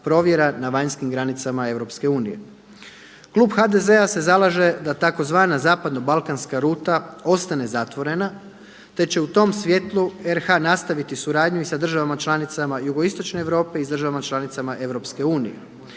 na vanjskim granicama EU. Klub HDZ-a se zalaže da tzv. zapadno balkanska ruta ostane zatvorena te će u tom svjetlu RH nastaviti suradnju i sa državama članicama jugoistočne Europe i s državama članicama EU.